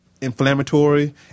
inflammatory